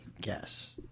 guess